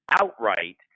outright